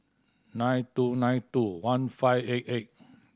nine two nine two one five eight eight